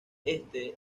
este